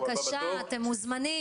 בקשה, אתם מוזמנים.